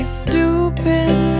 stupid